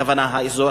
הכוונה האזור,